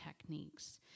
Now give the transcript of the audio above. techniques